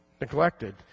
neglected